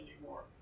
anymore